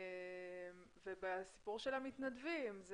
בסיפור של המתנדבים,